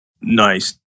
Nice